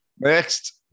Next